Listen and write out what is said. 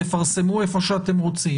תפרסמו איפה שאתם רוצים.